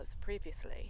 previously